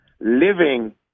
living